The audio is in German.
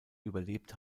überlebt